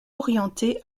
orientée